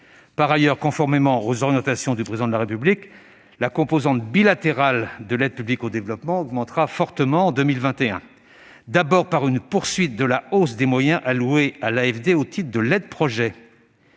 Par ailleurs, conformément aux orientations définies par le Président de la République, la composante bilatérale de l'aide publique au développement augmentera fortement en 2021, et ce d'abord au travers de la poursuite de la hausse des moyens alloués à l'AFD au titre de l'aide projet,